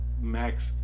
Max